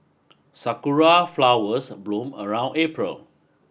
sakura flowers bloom around April